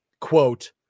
quote